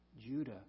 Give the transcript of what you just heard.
Judah